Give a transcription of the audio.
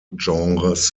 genres